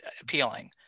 appealing